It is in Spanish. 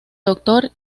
doctor